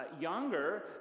younger